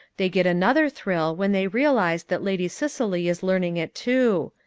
they get another thrill when they realize that lady cicely is learning it too.